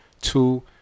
two